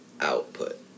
output